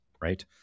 right